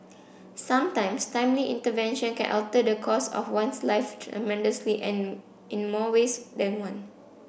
sometimes timely intervention can alter the course of one's life tremendously and in more ways than one